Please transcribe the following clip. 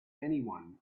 anyone